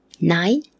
nine